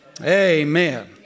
Amen